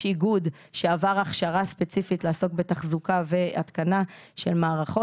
איגוד שעבד הכשרה ספציפית לעסוק בתחזוקה והתקנה של מערכות,